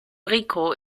rico